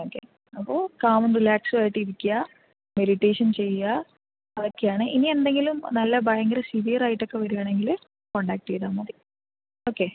okay അപ്പോൾ കാമും റിലാക്സും ആയിട്ടിരിക്കുക മെഡിറ്റേഷൻ ചെയ്യുക അതൊക്കെയാണ് ഇനി എന്തെങ്കിലും നല്ല ഭയങ്കര സിവിയർ ആയിട്ടൊക്കെ വരികയാണെങ്കിൽ കോണ്ടാക്ട് ചെയ്താൽ മതി ഓക്കെ